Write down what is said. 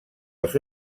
als